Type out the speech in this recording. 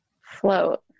float